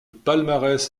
palmarès